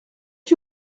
que